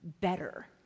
better